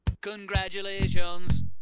Congratulations